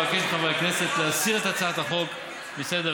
אבקש מחברי הכנסת להסיר את הצעת החוק מסדר-היום.